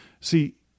See